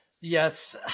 Yes